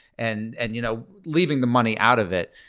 and and you know leaving the money out of it,